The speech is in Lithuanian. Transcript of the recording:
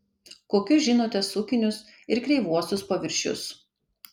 kokius žinote sukinius ir kreivuosius paviršius